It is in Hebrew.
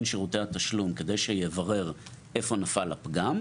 שירותי התשלום כדי שיברר איפה נפל הפגם?